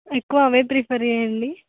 ఎక్కువ అవే ప్రిఫర్ చేయండి